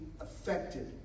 affected